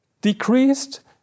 decreased